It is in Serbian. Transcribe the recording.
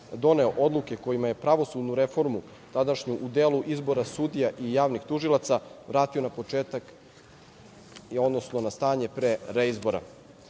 doneo odluke kojima je pravosudnu reformu, tadašnju u delu izbora sudija i javnih tužilaca, vratio na početak, odnosno na stanje pre reizbora. Ukazaću